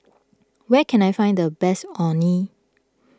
where can I find the best Orh Nee